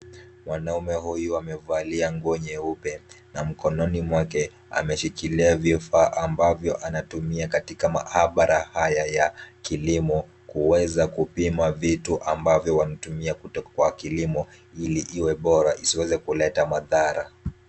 Mwanaume huyu amevalia nguo nyeupe na mkononi mwake ameshikilia vifaa ambavyo anatumia katika mahabara haya ya kiliko kuweza kupima vitu ambavyo wanatumia kwa kilimo ili iwe bora isiweze kuleta madhara.